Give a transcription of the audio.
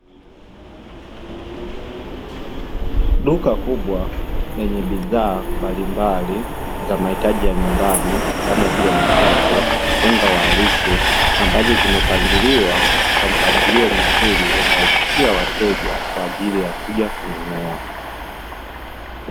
Duka kubwa lenye bidhaa mbalimbali za mahitaji ya nyumbani kama vile mikate, unga wa lishe ambazo zimepangiliwa katika mpangilio mzuri unaovutia wateja kwa ajili ya kuja kununua.